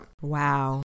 wow